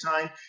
time